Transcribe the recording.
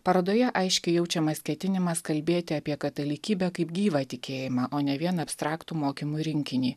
parodoje aiškiai jaučiamas ketinimas kalbėti apie katalikybę kaip gyvą tikėjimą o ne vien abstraktų mokymų rinkinį